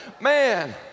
man